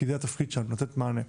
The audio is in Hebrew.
כי זה התפקיד שלנו, לתת מענה.